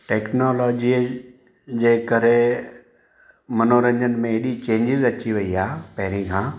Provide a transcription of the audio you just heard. technology जे करे मनोरंजन में एॾी चेंजिस अची वई आहे पहिरीं खां